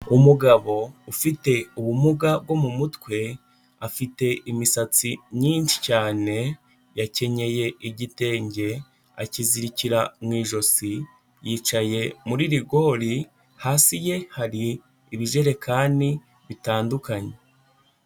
Umugabo ufite ubumuga bwo mu mutwe, afite imisatsi myinshi cyane, yakenyeye igitenge, akizirikira mu ijosi, yicaye muri rigori, hasi ye hari ibijerekani bitandukanye.